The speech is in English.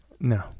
No